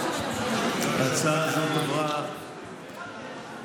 ההצעה הזאת עברה בקריאה ראשונה,